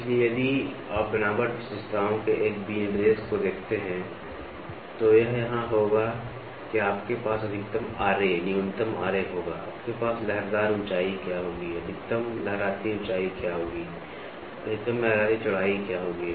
इसलिए यदि आप बनावट विशेषताओं के एक विनिर्देश को देखते हैं तो यह यहां होगा कि आपके पास अधिकतम न्यूनतम होगा आपके पास लहरदार ऊंचाई क्या होगी अधिकतम लहराती ऊंचाई क्या होगी अधिकतम लहराती चौड़ाई क्या होगी